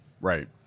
right